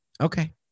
Okay